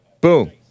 boom